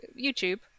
YouTube